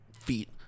feet